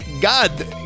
God